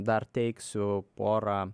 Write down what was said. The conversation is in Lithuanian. dar teiksiu porą